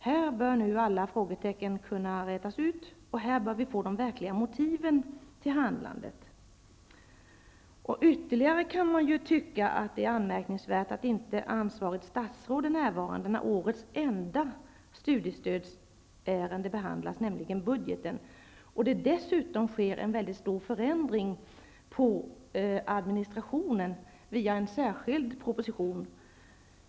Här bör nu alla frågetecken kunna rätas ut, och här bör vi få de verkliga motiven till handlandet. Det är också ganska märkligt att ansvarigt statsråd inte är närvarande när årets enda studiestödsärende behandlas, nämligen budgeten, och när det dessutom sker en mycket stor förändring av administrationen via en särskild proposition.